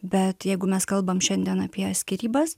bet jeigu mes kalbam šiandien apie skyrybas